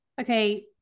Okay